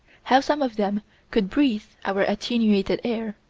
how some of them could breathe our attenuated air,